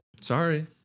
Sorry